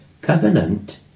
covenant